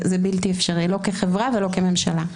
זה בלתי אפשרי, לא כחברה ולא כממשלה.